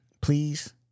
Please